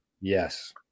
Yes